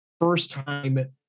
first-time